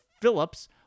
Phillips